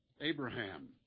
Abraham